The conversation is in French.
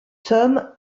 tom